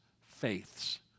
faiths